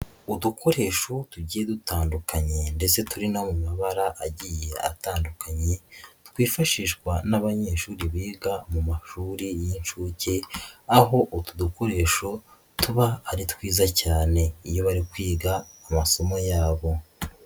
Udukoresho tugiye dutandukanye ndetse turi no mu mabara agiye atandukanye twifashishwa n'abanyeshuri biga mu mashuri y'inshuke, aho utu dukoresho tuba ari twiza cyane iyo bari kwiga amasomo yabo.